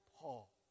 Paul